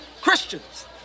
Christians